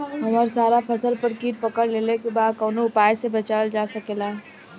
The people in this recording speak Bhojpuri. हमर सारा फसल पर कीट पकड़ लेले बा कवनो उपाय से बचावल जा सकेला?